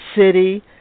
city